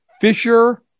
Fisher